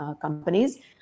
companies